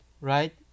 right